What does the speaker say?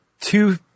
two